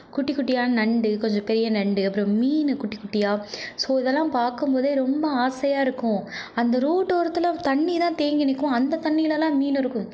குட்டி குட்டியாக நண்டு கொஞ்சம் பெரிய நண்டு அப்புறம் மீன் குட்டி குட்டியாக ஸோ இதெல்லாம் பார்க்கும்போதே ரொம்ப ஆசையாக இருக்கும் அந்த ரோட்டோரத்தில் தண்ணிதான் தேங்கி நிற்கும் அந்த தண்ணிலெலாம் மீன் இருக்கும்